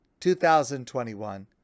2021